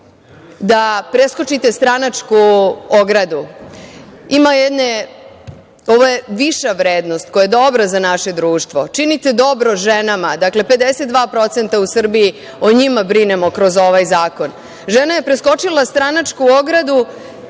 da preskočite stranačku ogradu. Ovo je viša vrednost koja je dobra za naše društvo. Činite dobro ženama. Dakle, 52% u Srbiji, o njima brinemo kroz ovaj zakon. Žena je preskočila stranačku ogradu